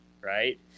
right